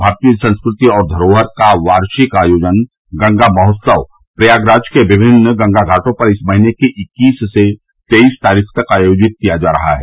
भारतीय संस्कृति और धरोहर पर वार्षिक आयोजन गंगा महोत्सव प्रयागराज के विभिन्न गंगा घाटों पर इस महीने की इक्कीस से तेईस तारीख़ तक आयोजित किया जा रहा है